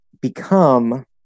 become